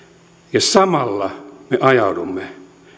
ja samalla me ajaudumme